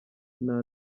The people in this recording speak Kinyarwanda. nta